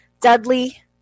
Dudley